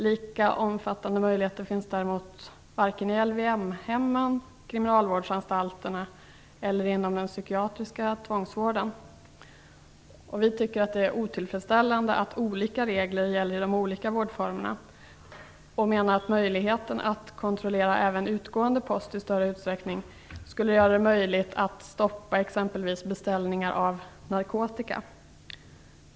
Lika omfattande möjligheter finns varken i LVM-hemmen, på kriminalvårdsanstalterna eller inom den psykiatriska tvångsvården. Vi tycker att det är otillfredsställande att olika regler gäller för de olika vårdformerna och menar att möjligheten att i större utsträckning kontrollera även utgående post skulle göra det lättare att stoppa exempelvis beställningar av narkotika.